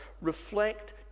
reflect